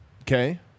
Okay